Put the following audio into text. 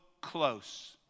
close